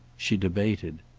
she debated.